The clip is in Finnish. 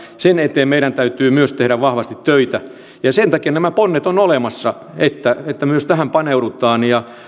sen eteen meidän täytyy myös tehdä vahvasti töitä ja sen takia nämä ponnet ovat olemassa että että myös tähän paneudutaan ja